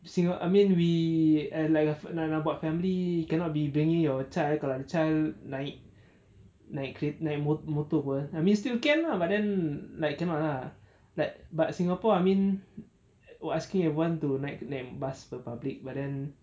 s~ I mean we err like uh nak buat family cannot be bringing your child kalau ada child naik naik ke~ naik motor [pe] I means still can lah but then like cannot lah like but singapore I mean were asking if want to naik naik bus [pe] public but then